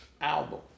album